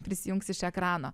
prisijungs iš ekrano